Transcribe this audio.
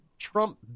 Trump